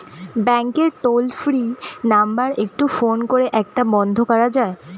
ব্যাংকের toll free number একটু phone করে এটা বন্ধ করা যায়?